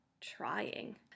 Trying